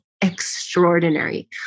extraordinary